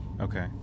Okay